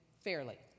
fairly